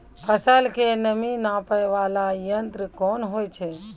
फसल के नमी नापैय वाला यंत्र कोन होय छै